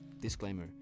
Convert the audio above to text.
disclaimer